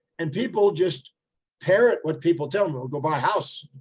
and people just parrot what people tell them, we'll go buy a house,